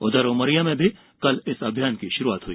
उधर उमरिया में भी कल इस अभियान की शुरुआत हुई